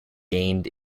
gained